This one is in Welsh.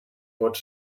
bod